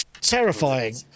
terrifying